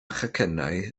chacennau